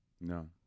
No